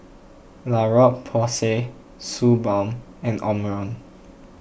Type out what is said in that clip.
La Roche Porsay Suu Balm and Omron